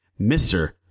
Mr